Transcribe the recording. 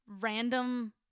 random